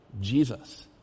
Jesus